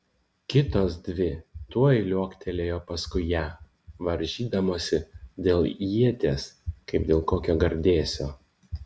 kitos dvi tuoj liuoktelėjo paskui ją varžydamosi dėl ieties kaip dėl kokio gardėsio